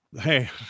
Hey